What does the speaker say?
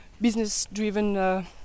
business-driven